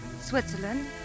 Switzerland